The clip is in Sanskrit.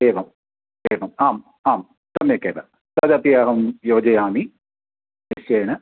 एवम् एवम् आम् आं सम्यगेव तदपि अहं योजयामि निश्चयेन